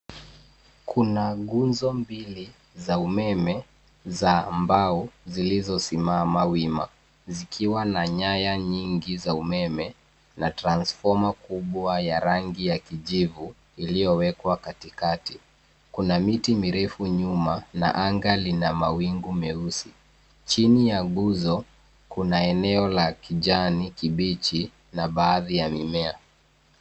Kuna nguzo mbili za umeme za mbao zilizo simama wima zikiwa na nyaya nyingi za umeme na transformer kubwa ya rangi ya kijivu iliyo wekwa katikati kuna miti mirefu nyuma na anga lina mawingu meusi. Chini ya nguzo kuna eneo la kijani kibichi na baadhi ya mimea.